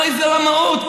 הרי זו רמאות.